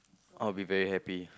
I'll be very happy